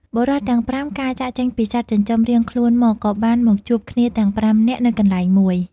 បុរសទាំង ៥ កាលចាកចេញពីសត្វចិញ្ចឹមរៀងខ្លួនមក ក៏បានមកជួបគ្នាទាំង ៥ នាក់នៅកន្លែងមួយ។